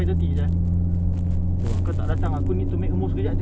tak payah check apa takde ni run pipe saja